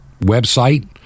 website